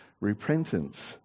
repentance